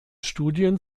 studien